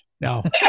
No